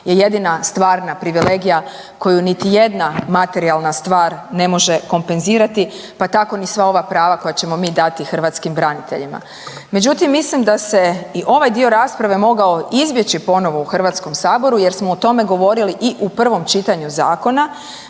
je jedina stvarna privilegija koju niti jedna materijalna stvar ne može kompenzirati, pa tako ni sva ova prava koja ćemo mi dati hrvatskim braniteljima. Međutim, mislim da se i ovaj dio rasprave mogao izbjeći ponovno u Hrvatskom saboru, jer smo o tome govorili i u prvom čitanju zakona,